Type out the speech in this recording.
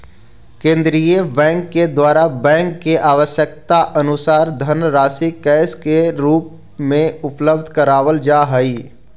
केंद्रीय बैंक के द्वारा बैंक के आवश्यकतानुसार धनराशि कैश के रूप में उपलब्ध करावल जा हई